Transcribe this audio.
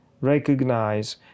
recognize